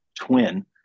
twin